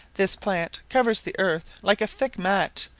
this plant covers the earth like a thick mat,